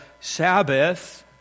Sabbath